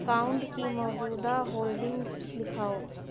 account کی موجودہ holdings دکھاؤ